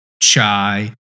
Chai